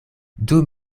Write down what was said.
dum